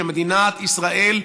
שמדינת ישראל,